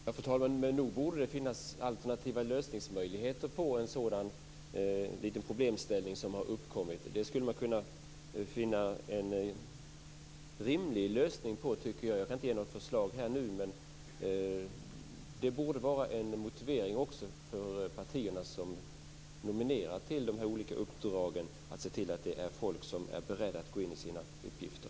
Fru talman! Men nog borde det finnas någon rimlig alternativ möjlighet till lösning på ett sådant här litet problem som har uppkommit. Jag kan inte utan vidare lämna något förslag, men de partier som nominerar till de här uppdragen borde vara motiverade att se till att det utses personer som är beredda att gå in i sina uppgifter.